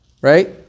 right